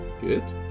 Good